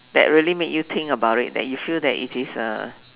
that really make you think about it that you feel that it is a